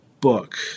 book